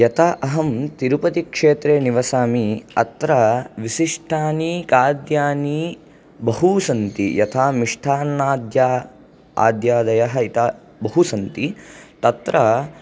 यता अहं तिरुपतीक्षेत्रे निवसामि अत्र विशिष्टानि खाद्यानि बहू सन्ति यथा मिष्टान्नाद्या आद्यादयः यता बहु सन्ति तत्र